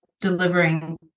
delivering